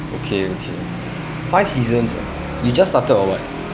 okay okay five seasons ah you just started or what